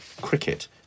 cricket